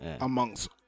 amongst